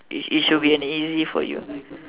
it it should be an easy for you